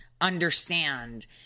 understand